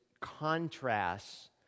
contrasts